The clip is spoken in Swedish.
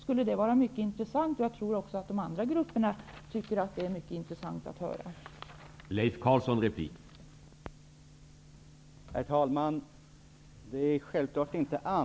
Jag tror att man inom de här andra grupperna tycker att det vore mycket intressant att få besked på den punkten.